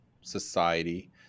society